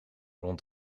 rond